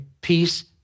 peace